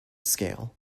scale